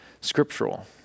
scriptural